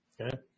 okay